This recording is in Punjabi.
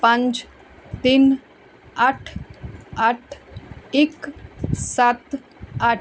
ਪੰਜ ਤਿੰਨ ਅੱਠ ਅੱਠ ਇੱਕ ਸੱਤ ਅੱਠ